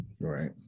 Right